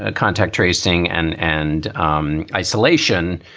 ah contact tracing and and um isolation,